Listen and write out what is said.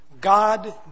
God